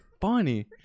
funny